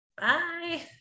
bye